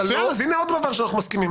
בסדר, אז הינה עוד דברים שאנחנו מסכימים.